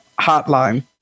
Hotline